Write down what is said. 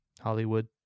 Hollywood